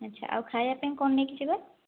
ଆଚ୍ଛା ଆଉ ଖାଇବାପାଇଁ କ'ଣ ନେଇକିଯିବା